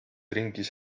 ringis